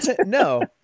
No